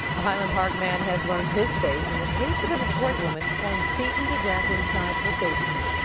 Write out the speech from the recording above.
a highland park man has learned his fate in the case of a detroit woman found beaten to death inside her basement.